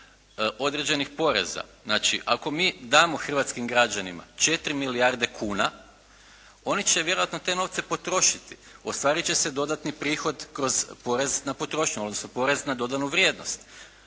određenih poreza. Znači, ako mi damo hrvatskim građanima 4 milijardi kuna oni će vjerojatno te novce potrošiti, ostvarit će se dodatni prihod kroz porez na potrošnju odnosno porez na dodanu vrijednost,